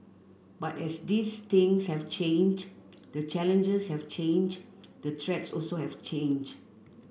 but as these things have changed the challenges have changed the threats also have changed